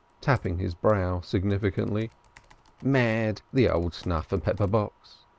tapping his brow significantly mad, the old snuff-and-pepper-box.